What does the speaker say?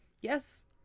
Yes